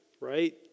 right